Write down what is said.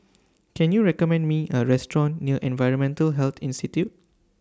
Can YOU recommend Me A Restaurant near Environmental Health Institute